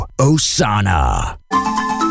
Osana